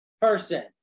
person